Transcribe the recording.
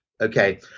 Okay